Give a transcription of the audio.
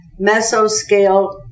mesoscale